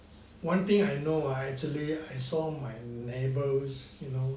one thing I know ah actually I saw my neighbors you know